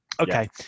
Okay